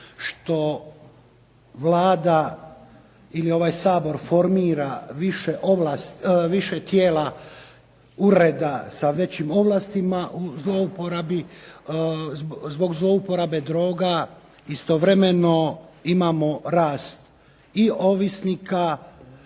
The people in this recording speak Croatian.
što Vlada ili ovaj Sabor formira više tijela ureda sa većim ovlastima zbog zlouporabe droga, istovremeno imamo rast ovisnika,